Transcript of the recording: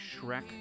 Shrek